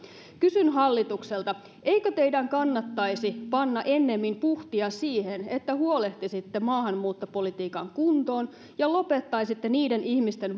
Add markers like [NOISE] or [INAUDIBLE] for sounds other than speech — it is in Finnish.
kysyn hallitukselta eikö teidän kannattaisi panna ennemmin puhtia siihen että huolehtisitte maahanmuuttopolitiikan kuntoon ja lopettaisitte niiden ihmisten [UNINTELLIGIBLE]